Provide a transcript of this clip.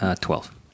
Twelve